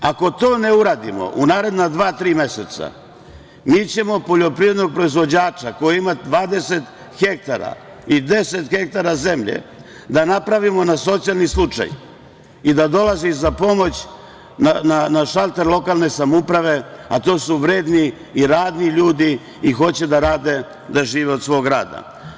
Ako to ne uradimo u naredna dva-tri meseca, mi ćemo poljoprivrednog proizvođača koji ima 20 ha i 10 ha zemlje da napravimo na socijalni slučaj i da dolazi za pomoć na šalter lokalne samouprave, a to su vredni i radni ljudi i hoće da rade, da žive od svog rada.